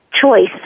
choice